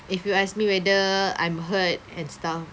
if you ask me whether I'm hurt and stuff